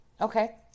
Okay